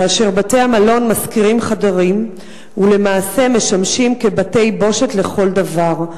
כאשר בתי-המלון משכירים חדרים ולמעשה משמשים כבתי-בושת לכל דבר.